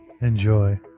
enjoy